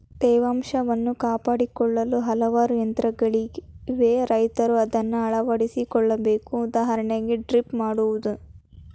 ತೇವಾಂಶವನ್ನು ಕಾಪಾಡಿಕೊಳ್ಳಲು ಹಲವಾರು ತಂತ್ರಗಳಿವೆ ರೈತರ ಅದನ್ನಾ ಅಳವಡಿಸಿ ಕೊಳ್ಳಬೇಕು ಉದಾಹರಣೆಗೆ ಡ್ರಿಪ್ ಮಾಡುವುದು